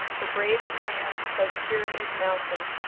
the braided man of pyramid mountain